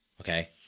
okay